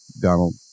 Donald